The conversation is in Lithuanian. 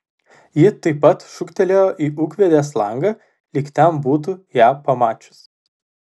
ji taip pat šūktelėjo į ūkvedės langą lyg ten būtų ją pamačius